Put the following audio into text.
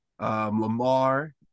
Lamar